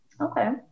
okay